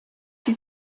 die